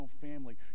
family